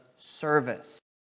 service